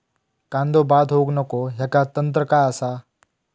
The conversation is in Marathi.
कांदो बाद होऊक नको ह्याका तंत्र काय असा?